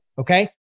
Okay